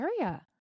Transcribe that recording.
area